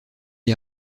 est